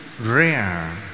rare